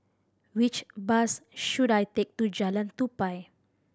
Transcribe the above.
which bus should I take to Jalan Tupai